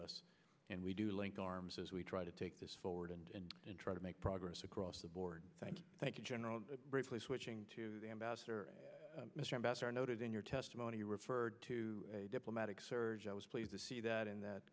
us and we do link arms as we try to take this forward and try to make progress across the board thank you thank you general briefly switching to the ambassador mr ambassador noted in your testimony referred to a diplomatic surge i was pleased to see that in that